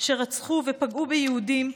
שרצחו ופגעו ביהודים,